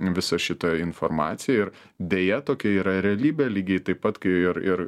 visą šitą informaciją ir deja tokia yra realybė lygiai taip pat kai ir ir